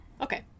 okay